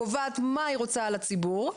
קובעת מה היא רוצה על הציבור,